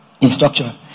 instruction